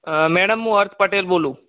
અ madam હું અર્થ પટેલ બોલું